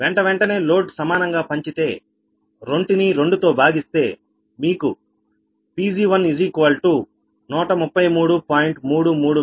వెంటవెంటనే load సమానంగా పంచితే రెంటిని రెండు తో భాగిస్తే మీకు Pg1 133